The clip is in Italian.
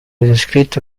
descritto